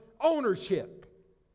ownership